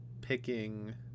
picking